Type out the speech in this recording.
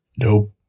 nope